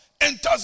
Enters